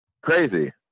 crazy